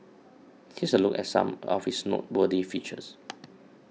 here's a look at some of its noteworthy features